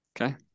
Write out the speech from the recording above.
Okay